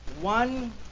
one